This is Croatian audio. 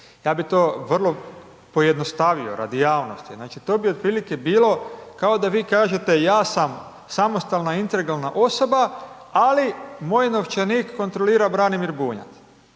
Ja bi to vrlo pojednostavio radi javnosti, znači to bi otprilike bilo kao da vi kažete ja sam samostalna integralna osoba, ali moj novčanik kontrolira Branimir Bunjac.